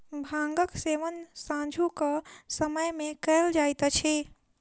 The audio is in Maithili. भांगक सेवन सांझुक समय मे कयल जाइत अछि